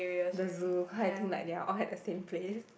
the zoo cause I think like they're all at the same place